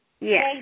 Yes